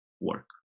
work